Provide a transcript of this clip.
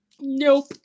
nope